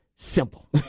Simple